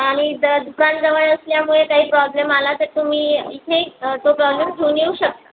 आणि जर दुकान जवळ असल्यामुळे काही प्रॉब्लम आला तर तुम्ही इथे तो प्रॉब्लम घेऊन येऊ शकता